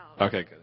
Okay